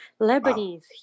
Lebanese